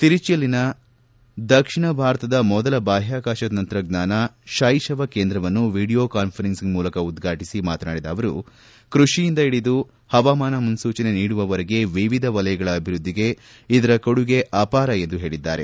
ತಿರುಚಿಯಲ್ಲಿನ ದಕ್ಷಿಣ ಭಾರತದ ಮೊದಲ ಬಾಹ್ವಾಕಾಶ ತಂತ್ರಜ್ಙಾನ ಶೈಶವ ಕೇಂದ್ರವನ್ನು ವಿಡಿಯೋ ಕಾನ್ಫರೆನ್ಸಿಂಗ್ ಮೂಲಕ ಉದ್ಘಾಟಿಸಿ ಮಾತನಾಡಿದ ಅವರು ಕೃಷಿಯಿಂದ ಹಿಡಿದು ಹವಾಮನ ಮುನ್ನೂಚನೆ ನೀಡುವವರಗೆ ಎವಿಧ ವಲಯಗಳ ಅಭಿವೃದ್ದಿಗೆ ಇದರ ಕೊಡುಗೆ ಅಪಾರ ಎಂದು ಹೇಳಿದ್ದಾರೆ